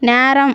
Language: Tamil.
நேரம்